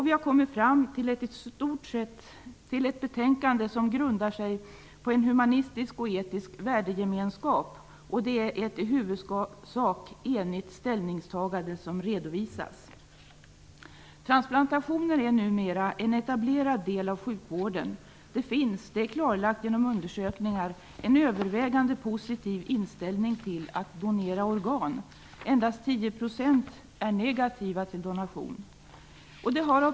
Vi har kommit fram till ett betänkande som grundar sig på en human och etisk värdegemenskap. Det är ett i huvudsak enigt ställningstagande som redovisas. Transplantationer är numera en etablerad del av sjukvården. Det är klarlagt genom undersökningar att det finns en övervägande positiv inställning till att donera organ. Endast 10 % av befolkningen är negativ till donation.